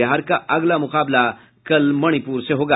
बिहार का अगला मुकाबला कल मणिपुर से होगा